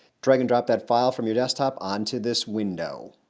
drag and drop that file from your desktop onto this window.